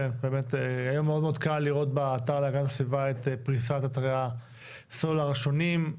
היום מאוד קל לראות באתר להגנת הסביבה את פריסת אתרי הסלולר השונים,